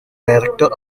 director